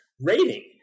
rating